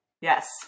Yes